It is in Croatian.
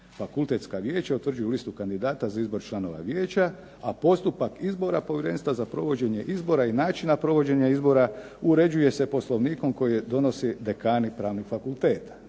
Fakultetska vijeća utvrđuju listu kandidata za izbor članova vijeća, a postupak izbora povjerenstva za provođenje izbora i načina provođenja izbora uređuje se Poslovnikom koje donose dekani pravnih fakulteta.